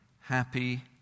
happy